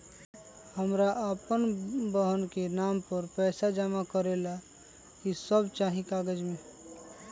हमरा अपन बहन के नाम पर पैसा जमा करे ला कि सब चाहि कागज मे?